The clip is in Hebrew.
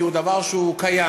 כי הוא דבר שקיים.